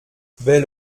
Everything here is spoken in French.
belle